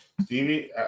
Stevie